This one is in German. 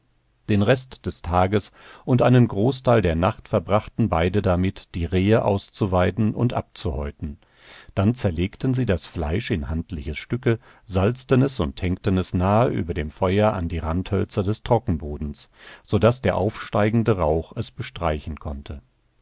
den rest des tages und einen großteil der nacht verbrachten beide damit die rehe auszuweiden und abzuhäuten dann zerlegten sie das fleisch in handliche stücke salzten es und hängten es nahe über dem feuer an die randhölzer des trockenbodens so daß der aufsteigende rauch es bestreichen konnte